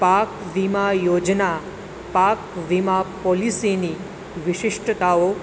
પાક વીમા યોજના પાક વીમા પૉલિસીની વિશિષ્ટતાઓ